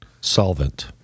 solvent